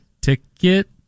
ticket